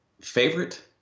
favorite